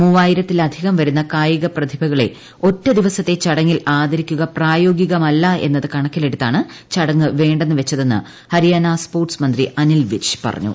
മൂവായിരത്തി ലധികം വരുന്ന കായിക പ്രതിഭകളെ ഒറ്റ ദിവസത്തെ ചടങ്ങിൽ ആദരി ക്കുക പ്രായോഗികമല്ല എന്നത് കണക്കിലെടുത്താണ് ചടങ്ങ് വേണ്ടെ ന്നുവച്ചതെന്ന് ഹരിയാന സ്പോർട്സ് മന്ത്രി അനിൽ വിജ് പറഞ്ഞു